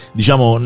diciamo